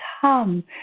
come